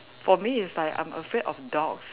cause for me it's like I'm afraid of dogs